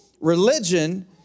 Religion